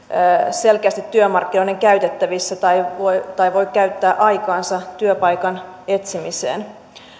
selkeästi työmarkkinoiden käytettävissä tai tai voi käyttää aikaansa työpaikan etsimiseen